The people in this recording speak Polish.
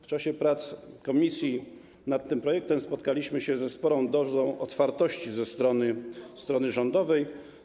W czasie prac komisji nad tym projektem spotkaliśmy się ze sporą dozą otwartości ze strony rządowej.